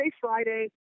Friday